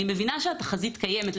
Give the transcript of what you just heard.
אני מבינה שהתחזית קיימת.